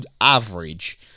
average